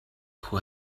who